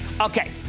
Okay